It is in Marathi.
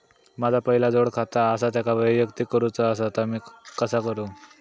माझा पहिला जोडखाता आसा त्याका वैयक्तिक करूचा असा ता मी कसा करू?